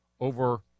Over